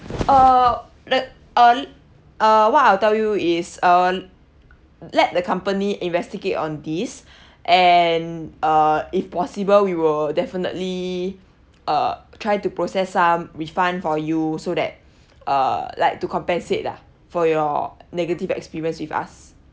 err l~ uh l~ uh what I'll tell you is uh let the company investigate on this and err if possible we will definitely uh try to process some refund for you so that err like to compensate lah for your negative experience with us